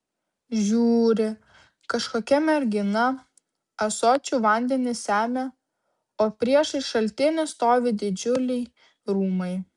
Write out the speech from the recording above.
žiūri kažkokia mergina ąsočiu vandenį semia o priešais šaltinį stovi didžiuliai rūmai